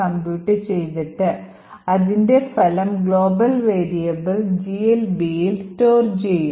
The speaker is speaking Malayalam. compute ചെയ്തിട്ട് അതിൻറെ ഫലം ഗ്ലോബൽ വേരിയബിൾ GLBയിൽ store ചെയ്യും